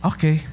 Okay